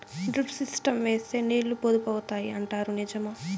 Drip system వేస్తే నీళ్లు పొదుపు అవుతాయి అంటారు నిజమా?